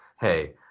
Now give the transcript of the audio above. hey